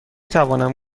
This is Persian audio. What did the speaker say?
توانیم